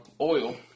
oil